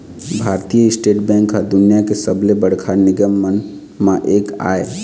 भारतीय state bank ह दुनिया के सबले बड़का निगम मन म एक आय